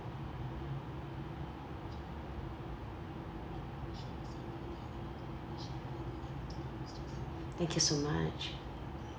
thank you so much